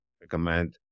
recommend